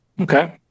Okay